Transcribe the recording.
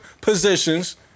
positions